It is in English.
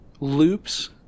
loops